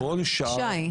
ישי.